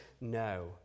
no